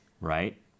right